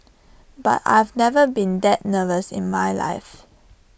but I've never been that nervous in my life